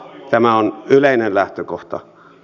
tämä on yleinen lähtökohta